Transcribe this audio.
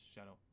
Shadow